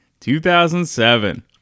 2007